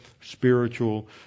spiritual